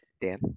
Dan